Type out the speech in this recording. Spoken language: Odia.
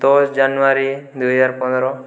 ଦଶ ଜାନୁଆରୀ ଦୁଇହଜାର ପନ୍ଦର